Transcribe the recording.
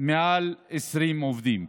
מעל 20 עובדים.